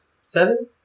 Seven